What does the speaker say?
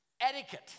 Etiquette